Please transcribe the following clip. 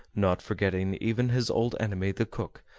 not forgetting even his old enemy the cook,